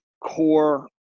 core